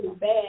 bad